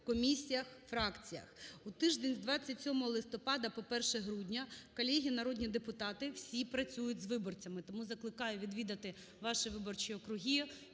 комісіях, фракціях. У тиждень з 27 листопада по 1 грудня колеги народні депутати всі працюють з виборцями. Тому закликаю відвідати ваші виборчі округи,